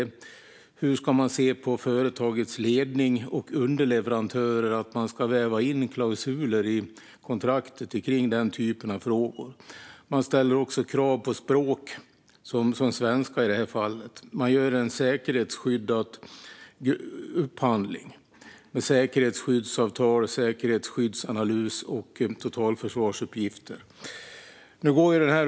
Hur ska man se på företagets ledning och underleverantörer? Man ska väva in klausuler i kontraktet kring den typen av frågor. Man ställer också krav på språk - i det här fallet svenska - och gör en säkerhetsskyddad upphandling med säkerhetsskyddsavtal, säkerhetsskyddsanalys och totalförsvarsuppgifter.